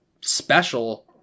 special